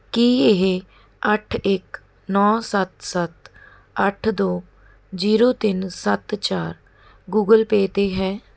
ਕੀ ਇਹ ਅੱਠ ਇੱਕ ਨੌਂ ਸੱਤ ਸੱਤ ਅੱਠ ਦੋ ਜੀਰੋ ਤਿੰਨ ਸੱਤ ਚਾਰ ਗੂਗਲ ਪੇ 'ਤੇ ਹੈ